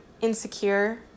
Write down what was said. insecure